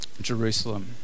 Jerusalem